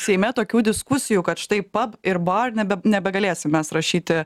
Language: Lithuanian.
seime tokių diskusijų kad štai pab ir bar nebegalėsime mes rašyti